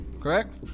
correct